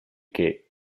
che